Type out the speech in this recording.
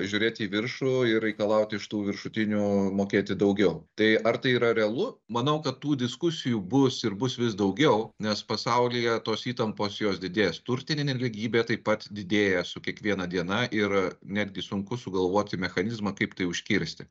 žiūrėti į viršų ir reikalauti iš tų viršutinių mokėti daugiau tai ar tai yra realu manau kad tų diskusijų bus ir bus vis daugiau nes pasaulyje tos įtampos jos didės turtinė nelygybė taip pat didėja su kiekviena diena ir netgi sunku sugalvoti mechanizmą kaip tai užkirsti